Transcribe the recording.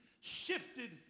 shifted